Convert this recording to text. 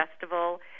Festival